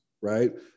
right